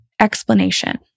explanation